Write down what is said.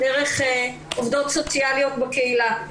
דרך עובדות סוציאליות בקהילה.